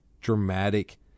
dramatic